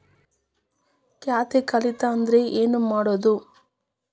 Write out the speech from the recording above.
ಖಾತೆ ಕಳಿತ ಅಂದ್ರೆ ಏನು ಮಾಡೋದು?